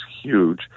huge